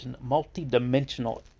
multi-dimensional